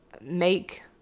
make